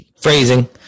Phrasing